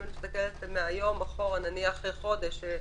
אם אני מסתכלת מהיום אחורה, נניח חודש.